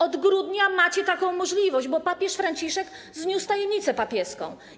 Od grudnia macie taką możliwość, bo papież Franciszek zniósł tajemnicę papieską.